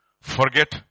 Forget